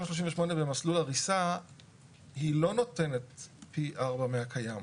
תמ"א 38 במסלול הריסה היא לא נותנת פי ארבע מהקיים.